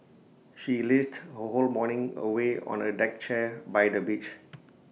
she lazed her whole morning away on A deck chair by the beach